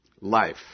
life